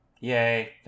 Yay